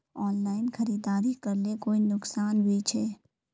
Online खरीदारी करले कोई नुकसान भी छे?